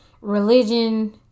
religion